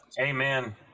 Amen